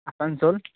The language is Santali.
ᱟᱥᱟᱱᱥᱳᱞ